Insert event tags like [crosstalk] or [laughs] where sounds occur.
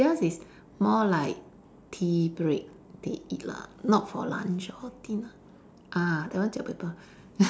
theirs is more like tea break they eat lah not for lunch or dinner ah that one jiak buay pa [laughs]